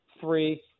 three